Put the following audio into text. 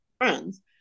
friends